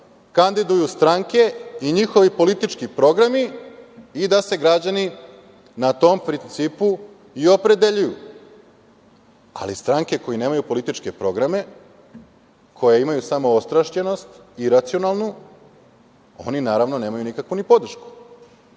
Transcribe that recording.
kandiduju stranke i njihovi politički programi i da se građani na tom principu i opredeljuju. Ali stranke koje nemaju političke programe, koje imaju samo ostrašćenost iracionalnu, oni nemaju nikakvu podršku.I